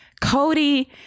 Cody